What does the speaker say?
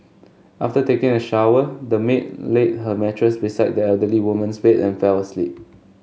after taking a shower the maid laid her mattress beside the elderly woman's bed and fell asleep